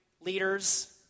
leaders